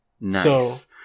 nice